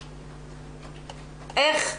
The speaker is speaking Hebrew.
איך?